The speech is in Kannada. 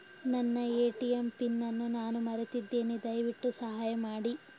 ನನ್ನ ಎ.ಟಿ.ಎಂ ಪಿನ್ ಅನ್ನು ನಾನು ಮರೆತಿದ್ದೇನೆ, ದಯವಿಟ್ಟು ಸಹಾಯ ಮಾಡಿ